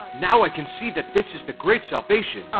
now i can see that this is the great salvation!